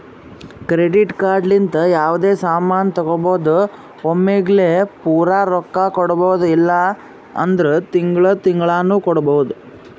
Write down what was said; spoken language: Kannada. ಕ್ರೆಡಿಟ್ ಕಾರ್ಡ್ ಲಿಂತ ಯಾವ್ದೇ ಸಾಮಾನ್ ತಗೋಬೋದು ಒಮ್ಲಿಗೆ ಪೂರಾ ರೊಕ್ಕಾ ಕೊಡ್ಬೋದು ಇಲ್ಲ ಅಂದುರ್ ತಿಂಗಳಾ ತಿಂಗಳಾನು ಕೊಡ್ಬೋದು